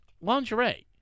Lingerie